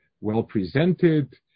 well-presented